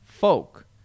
folk